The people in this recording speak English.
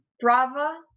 Brava